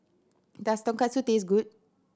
does Tonkatsu taste good